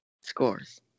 scores